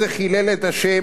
וביזה את התורה,